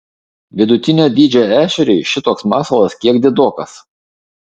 vidutinio dydžio ešeriui šitoks masalas kiek didokas